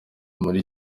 muri